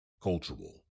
Cultural